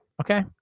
Okay